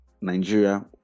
Nigeria